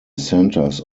centres